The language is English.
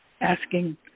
asking